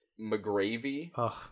McGravy